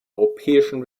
europäischen